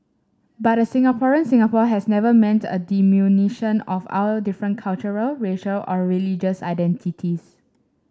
but a Singaporean Singapore has never meant a diminution of our different cultural racial or religious identities